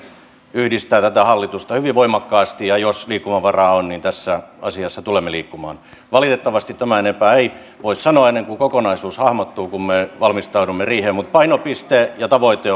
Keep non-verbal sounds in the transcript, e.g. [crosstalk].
yhdistää tätä hallitusta hyvin voimakkaasti ja jos liikkumavaraa on niin tässä asiassa tulemme liikkumaan valitettavasti tämän enempää ei voi sanoa ennen kuin kokonaisuus hahmottuu kun me valmistaudumme riiheen mutta painopiste ja tavoite [unintelligible]